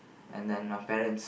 and then my parents